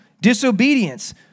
disobedience